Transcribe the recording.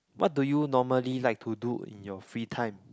what do you normally like to do in your free time